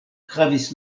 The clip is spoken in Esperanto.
havis